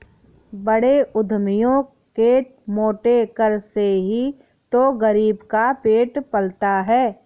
बड़े उद्यमियों के मोटे कर से ही तो गरीब का पेट पलता है